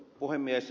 puhemies